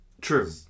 True